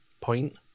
point